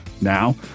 Now